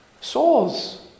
souls